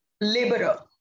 laborer